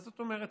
מה זאת אומרת?